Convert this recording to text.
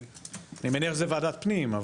אני מניח שזה ועדת פנים.